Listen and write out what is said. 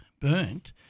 burnt